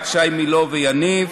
ישי מילוא ויניב,